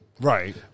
Right